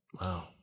Wow